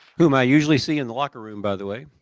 whom i usually see in the locker room, by the way,